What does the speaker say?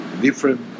different